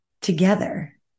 together